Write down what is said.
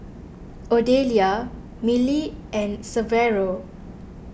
Odelia Milly and Severo